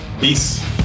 Peace